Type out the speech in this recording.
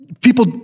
people